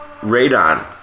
Radon